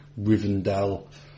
Rivendell